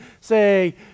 say